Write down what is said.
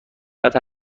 قدر